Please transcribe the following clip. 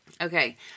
Okay